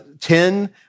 Ten